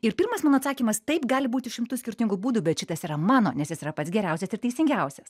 ir pirmas mano atsakymas taip gali būti šimtu skirtingų būdų bet šitas yra mano nes jis yra pats geriausias ir teisingiausias